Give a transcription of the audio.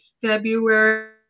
February